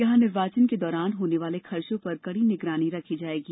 यहां निर्वाचन के दौरान होने वाले खर्चों पर कड़ी निगरानी रखी जायेगी